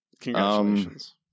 Congratulations